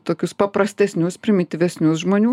tokius paprastesnius primityvesnius žmonių